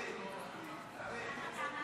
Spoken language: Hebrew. להלן תוצאות